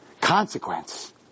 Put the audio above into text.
consequence